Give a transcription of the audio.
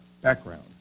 background